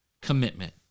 commitment